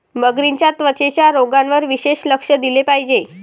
मगरींच्या त्वचेच्या रोगांवर विशेष लक्ष दिले पाहिजे